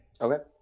Okay